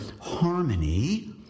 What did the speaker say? harmony